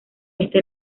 este